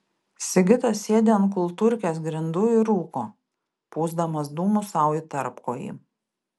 sigitas sėdi ant kultūrkės grindų ir rūko pūsdamas dūmus sau į tarpkojį